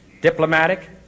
diplomatic